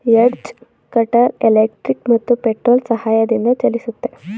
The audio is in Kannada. ಎಡ್ಜ್ ಕಟರ್ ಎಲೆಕ್ಟ್ರಿಕ್ ಮತ್ತು ಪೆಟ್ರೋಲ್ ಸಹಾಯದಿಂದ ಚಲಿಸುತ್ತೆ